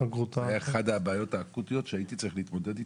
זה היה אחת הבעיות האקוטיות שהייתי צריך להתמודד איתן,